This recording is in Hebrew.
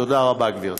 תודה רבה, גברתי.